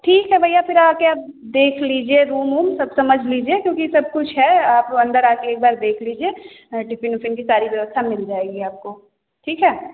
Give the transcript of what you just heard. ठीक है भैया फिर आके आप देख लीजिए रूम वूम सब समझ लीजिए क्योंकि सब कुछ है आप अंदर आके एक बार देख लीजिए टिफिन विफिन की सारी व्यवस्था मिल जाएगी आपको ठीक है